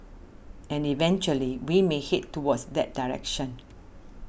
and eventually we may head towards that direction